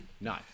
no